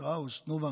שטראוס או תנובה